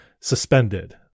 suspended